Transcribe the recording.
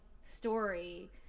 story